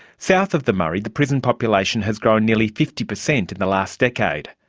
south of the murray, the prison population has grown nearly fifty percent in the last decade.